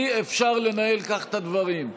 אי-אפשר לנהל כך את הדברים.